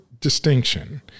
distinction